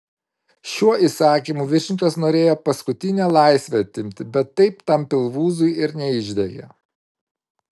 šiuo įsakymu viršininkas norėjo paskutinę laisvę atimti bet taip tam pilvūzui ir neišdegė